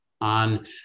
on